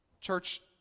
Church